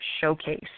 Showcase